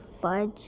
Fudge